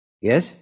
Yes